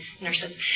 nurses